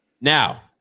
Now